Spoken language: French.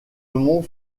mont